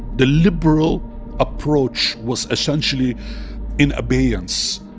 the liberal approach was essentially in abeyance.